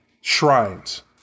shrines